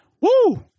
Woo